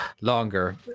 longer